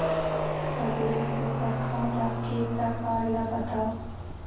सबले सुघ्घर खाता के प्रकार ला बताव?